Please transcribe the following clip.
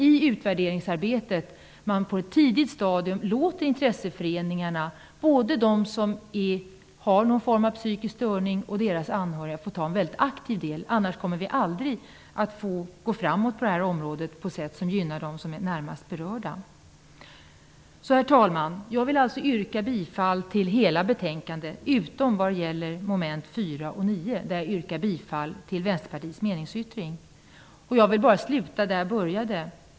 I utvärderingsarbetet måste man på ett tidigt stadium låta intresseföreningarna, de som har någon form av psykisk störning och deras anhöriga, få ta en aktiv del. Annars kommer vi aldrig att gå framåt på det här området på ett sätt som gynnar dem som är närmast berörda. Herr talman! Jag vill yrka bifall till utskottets hemställan i dess helhet, utom under mom. 4 och 9, där jag yrkar bifall till Vänsterpartiets meningsyttring. Jag vill sluta där jag började.